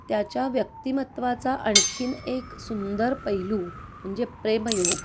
त्याच्या व्यक्तिमत्त्वाचा आणखीन एक सुंदर पैलू म्हणजे प्रेमयोग